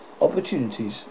opportunities